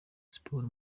siporo